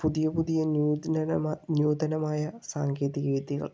പുതിയ പുതിയ ന്യൂതനകമായ ന്യൂതനമായ സാങ്കേതികവിദ്യകൾ